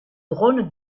drones